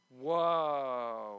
Whoa